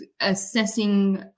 assessing